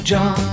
John